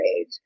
age